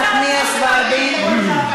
חברת הכנסת נחמיאס ורבין.